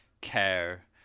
care